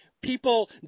People